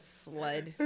sled